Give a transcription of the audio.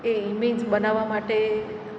એ image બનાવવા માટે